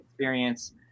Experience